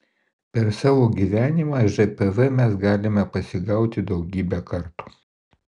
per savo gyvenimą žpv mes galime pasigauti daugybę kartų